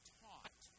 taught